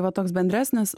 va toks bendresnis